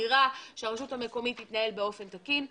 השמירה שהרשות המקומית תתנהל באופן תקין.